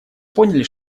поняли